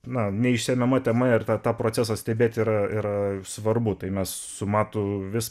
na neišsemiama tema ir tą tą procesą stebėti yra yra svarbu tai mes su matu vis